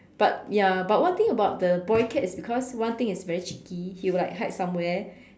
but ya but one thing about the boy cat is because one thing is very cheeky he will like hide somewhere